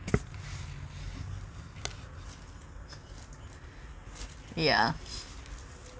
yeah